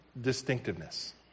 distinctiveness